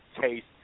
taste